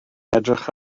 edrych